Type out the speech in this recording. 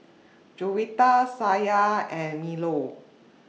Juwita Syah and Melur